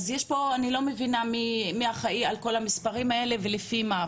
אז אני לא מבינה מי אחראי על כל המספרים האלה ולפי מה,